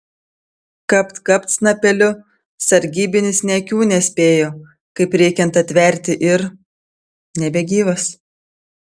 kapt kapt snapeliu sargybinis nė akių nespėjo kaip reikiant atverti ir nebegyvas